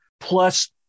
plus